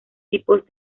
tipos